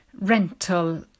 rental